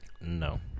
No